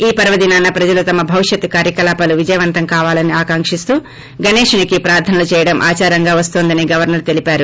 ఈ పర్వదినాన ప్రజలు తమ భవిష్యత్తు కార్యక్రమాల విజయవంతం కావాలని ఆకాంకిస్తూ గణేశుడికి ప్రార్ధనలు చేయడం ఆచారంగా వస్తోందని గవర్చర్ తెలిపారు